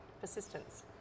Persistence